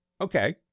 Okay